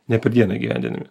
ne per dieną įgyvendinami